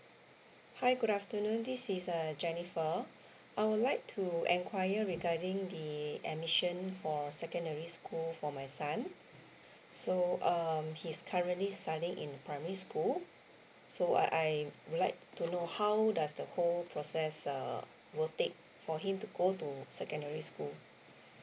hi good afternoon this is uh jennifer I would like to enquire regarding the admission for secondary school for my son so um he's currently studying in primary school so I I would like to know how does the whole process uh will take for him to go to secondary school